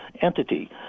entity